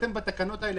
אתם בתקנות רק